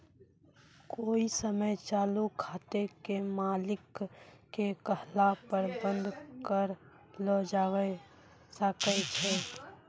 कोइ समय चालू खाते के मालिक के कहला पर बन्द कर लो जावै सकै छै